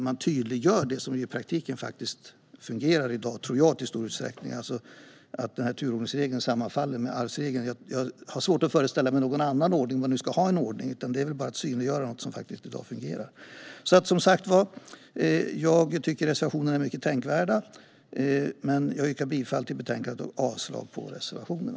Man tydliggör det som i praktiken fungerar i dag i stor utsträckning, att turordningsregeln sammanfaller med arvsregeln. Jag har svårt att föreställa mig någon annan ordning om man nu ska ha en ordning. Det är bara att synliggöra någonting som i dag fungerar. Jag tycker att reservationerna är mycket tänkvärda. Men jag yrkar bifall till utskottets förslag i betänkandet och avslag på reservationerna.